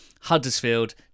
Huddersfield